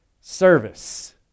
service